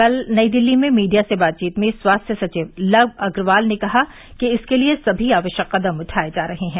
कल नई दिल्ली में मीडिया से बातचीत में स्वास्थ्य सचिव लव अग्रवाल ने कहा कि इसके लिए सभी आवश्यक कदम उठाये जा रहे हैं